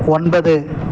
ஒன்பது